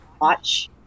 Watch